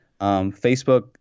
Facebook